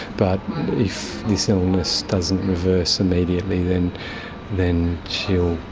but if this illness doesn't reverse immediately then then she will